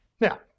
Now